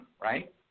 right